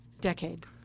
decade